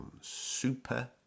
super